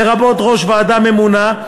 לרבות ראש ועדה ממונה,